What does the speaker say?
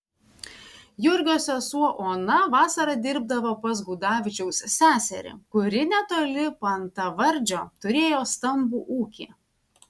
jurgio sesuo ona vasarą dirbdavo pas gudavičiaus seserį kuri netoli paantvardžio turėjo stambų ūkį